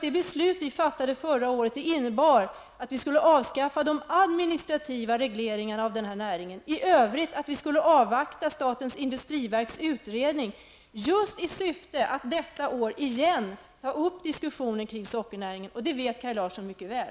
Det beslut som vi fattade förra året innebar att vi skulle avskaffa de administrativa regleringarna av denna näring. I övrigt skulle vi avvakta statens industriverks utredning i syfte att i år på nytt ta upp en diskussion kring sockernäringen. Det vet Kaj Larsson mycket väl.